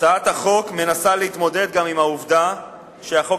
הצעת החוק מנסה להתמודד גם עם העובדה שהחוק